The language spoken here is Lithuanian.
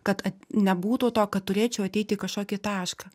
kad nebūtų to kad turėčiau ateit į kažkokį tašką